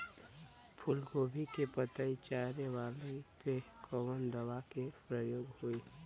फूलगोभी के पतई चारे वाला पे कवन दवा के प्रयोग होई?